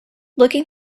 looking